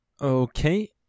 Okay